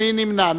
מי נמנע?